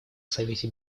совете